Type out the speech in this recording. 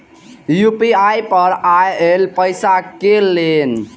UPI पर आएल पैसा कै कैन?